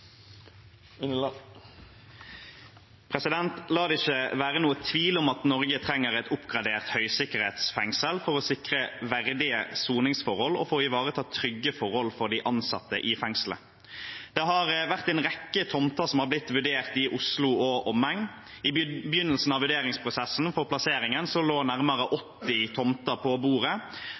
ikke være noen tvil om at Norge trenger et oppgradert høysikkerhetsfengsel for å sikre verdige soningsforhold og ivareta trygge forhold for de ansatte i fengslene. Det har vært en rekke tomter som har blitt vurdert i Oslo og omegn. I begynnelsen av vurderingsprosessen for plasseringen lå nærmere 80 tomter på bordet.